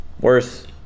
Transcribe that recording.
worse